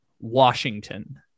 Washington